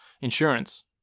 insurance